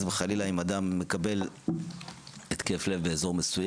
אנחנו יודעים מה המשמעות של זה אם אדם המתגורר באזור מסוים